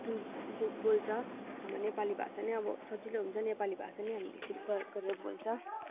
बोल्छ हाम्रो नेपाली भाषा नै अब सजिलो हुन्छ नेपाली भाषा नै हामीले शुद्ध गरेर बोल्छ